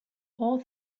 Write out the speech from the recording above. all